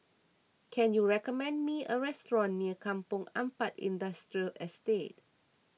can you recommend me a restaurant near Kampong Ampat Industrial Estate